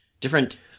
different –